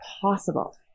possible